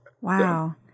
Wow